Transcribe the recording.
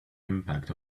impact